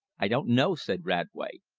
i don't know, said radway,